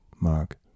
Mark